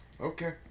Okay